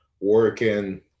working